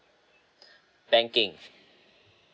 banking